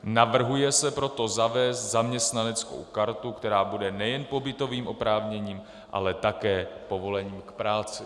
Navrhuje se proto zavést zaměstnaneckou kartu, která bude nejen pobytovým oprávněním, ale také povolením k práci.